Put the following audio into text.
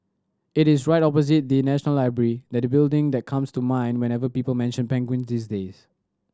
it is right opposite the National Library that building that comes to mind whenever people mention penguin these days